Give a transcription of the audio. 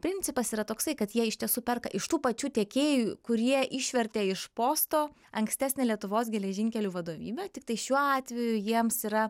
principas yra toksai kad jie iš tiesų perka iš tų pačių tiekėjų kurie išvertė iš posto ankstesnę lietuvos geležinkelių vadovybę tiktai šiuo atveju jiems yra